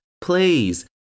Please